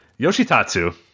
Yoshitatsu